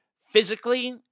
physically